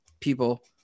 people